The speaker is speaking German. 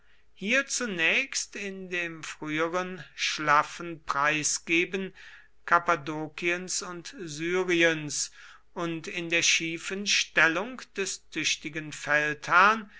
hier zunächst in dem früheren schlaffen preisgeben kappadokiens und syriens und in der schiefen stellung des tüchtigen feldherrn